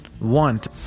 want